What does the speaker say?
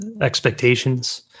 expectations